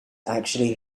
actually